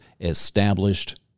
established